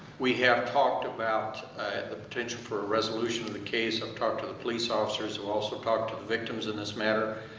we have talked about the potential for a resolution of the case. i've talked to the police officers who have also talked to the victims in this matter.